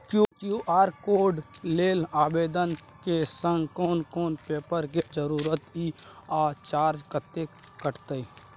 QR code लेल आवेदन के संग कोन कोन पेपर के जरूरत इ आ चार्ज कत्ते कटते?